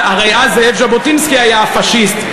הרי אז זאב ז'בוטינסקי היה הפאשיסט,